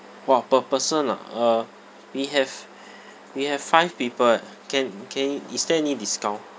!wah! per person ah uh we have we have five people eh can can is there any discount